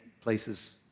places